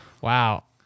Wow